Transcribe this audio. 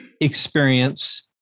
experience